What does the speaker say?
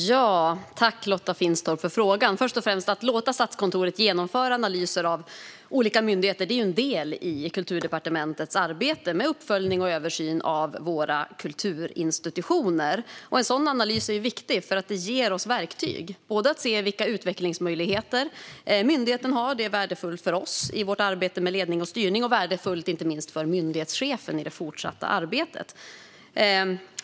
Fru talman! Tack, Lotta Finstorp, för frågan! Först och främst: Att låta Statskontoret genomföra analyser av olika myndigheter är en del i Kulturdepartementets arbete med uppföljning och översyn av våra kulturinstitutioner. En sådan analys är viktig, för den ger oss verktyg för att se vilka utvecklingsmöjligheter myndigheten har. Det är värdefullt för oss i vårt arbete med ledning och styrning, och det är inte minst värdefullt för myndighetschefen i det fortsatta arbetet.